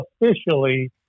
officially